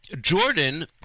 Jordan